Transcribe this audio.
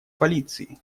полиции